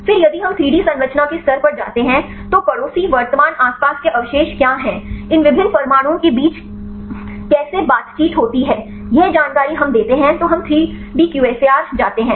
फिर यदि हम 3 डी संरचना के स्तर पर जाते हैं तो पड़ोसी वर्तमान आसपास के अवशेष क्या हैं और इन विभिन्न परमाणुओं के बीच कैसे बातचीत होती है यह जानकारी हम देते हैं तो हम 3 डी QSAR जाते हैं